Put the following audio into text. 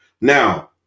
Now